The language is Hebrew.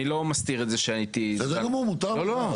אני לא מסתיר את זה שהייתי -- בסדר גמור מותר לך,